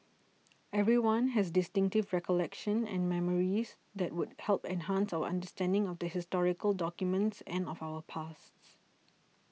everyone has distinctive recollections and memories that would help enhance our understanding of the historical documents and of our pasts